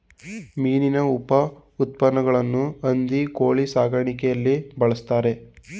ಮೀನಿನ ಉಪಉತ್ಪನ್ನಗಳನ್ನು ಹಂದಿ ಕೋಳಿ ಸಾಕಾಣಿಕೆಯಲ್ಲಿ ಬಳ್ಸತ್ತರೆ